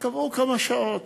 קבעו כמה שעות,